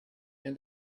and